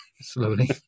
slowly